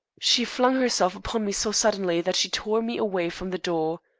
she flung herself upon me so suddenly that she tore me away from the door.